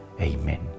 Amen